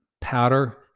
powder